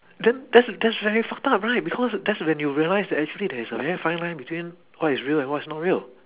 then that's that's very fucked up right because that's when you realise that actually there is a very fine line between what is real and what's not real